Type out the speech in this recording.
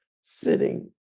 sitting